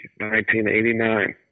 1989